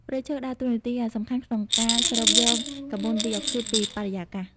ព្រៃឈើដើរតួនាទីយ៉ាងសំខាន់ក្នុងការស្រូបយកកាបូនឌីអុកស៊ីតពីបរិយាកាស។